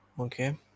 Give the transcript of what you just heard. Okay